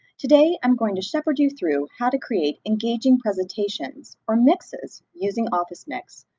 today, i'm going to shepherd you through how to create engaging presentations or mixes using officemix,